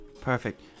Perfect